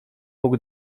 mógł